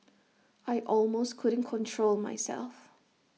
I almost couldn't control myself